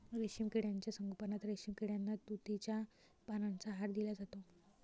रेशीम किड्यांच्या संगोपनात रेशीम किड्यांना तुतीच्या पानांचा आहार दिला जातो